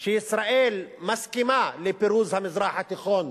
שישראל מסכימה לפירוק המזרח התיכון